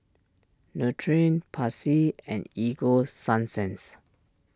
Nutren Pansy and Ego Sunsense